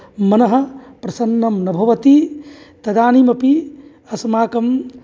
मनः प्रसन्नं न भवति तदानीमपि अस्माकं